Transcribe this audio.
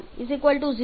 622Pwv1P Pwv10